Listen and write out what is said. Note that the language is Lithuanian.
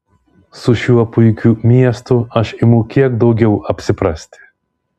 su šiuo puikiu miestu aš imu kiek daugiau apsiprasti